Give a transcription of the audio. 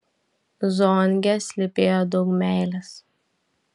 zonge slypėjo daug meilės